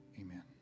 Amen